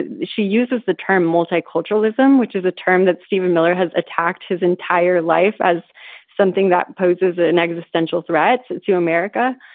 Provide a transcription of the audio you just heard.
she uses the term multiculturalism, which is a term that steven miller has attacked his entire life as something that poses an existential threat to america.